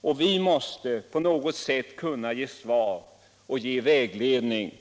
Och vi måste på något sätt kunna ge svar och vägledning.